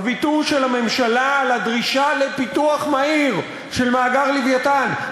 הוויתור של הממשלה לדרישה לפיתוח מהיר של מאגר "לווייתן".